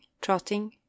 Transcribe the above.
trotting